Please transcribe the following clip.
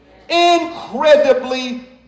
Incredibly